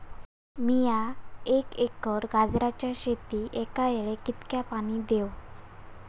मीया एक एकर गाजराच्या शेतीक एका वेळेक कितक्या पाणी देव?